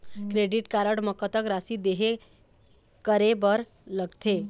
Credit card म कतक राशि देहे करे बर लगथे?